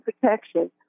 protection